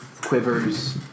quivers